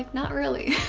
not really.